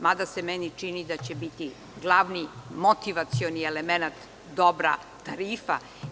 Mada, meni se čini da će biti glavni motivacioni elemenat dobra tarifa.